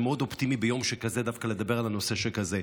מאוד אופטימי ביום שכזה דווקא לדבר על נושא שכזה.